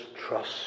trust